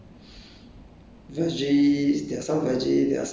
everyday there are rice and there are some